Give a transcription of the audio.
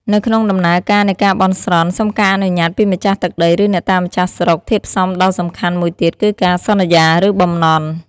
នៅក្នុងដំណើរការនៃការបន់ស្រន់សុំការអនុញ្ញាតពីម្ចាស់ទឹកដី ឬអ្នកតាម្ចាស់ស្រុក ធាតុផ្សំដ៏សំខាន់មួយទៀតគឺការសន្យា ឬបំណន់។